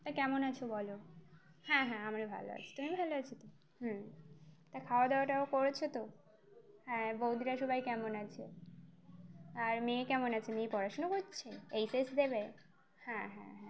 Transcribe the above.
তা কেমন আছো বলো হ্যাঁ হ্যাঁ আমরা ভালো আছি তুমি ভালো আছো তো হ্যাঁ তা খাওয়া দাওয়াটাও করেছো তো হ্যাঁ বৌদিরা সবাই কেমন আছে আর মেয়ে কেমন আছে মেয়ে পড়াশুনো করছে এইচ এস দেবে হ্যাঁ হ্যাঁ হ্যাঁ